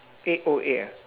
eight O eight ah